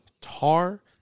Tar